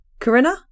Corinna